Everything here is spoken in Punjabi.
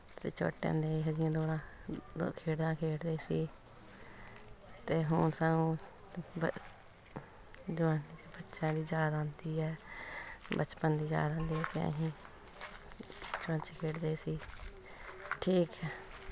ਅਸੀਂ ਛੋਟੇ ਹੁੰਦੇ ਇਹੋ ਜਿਹੀਆਂ ਦੌੜਾਂ ਖੇਡਾਂ ਖੇਡਦੇ ਸੀ ਅਤੇ ਹੁਣ ਸਾਨੂੰ ਬੱਚਿਆਂ ਦੀ ਯਾਦ ਆਉਂਦੀ ਹੈ ਬਚਪਨ ਦੀ ਯਾਦ ਆਉਂਦੀ ਹੈ ਬਚਪਨ 'ਚ ਖੇਡਦੇ ਸੀ ਠੀਕ ਹੈ